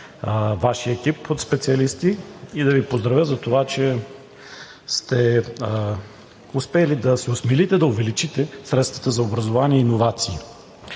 Вашия екип от специалисти, и да Ви поздравя за това, че сте успели да се осмелите да увеличите средствата за образование и иновации.